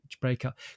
breakup